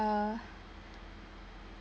uh